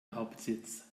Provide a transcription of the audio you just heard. hauptsitz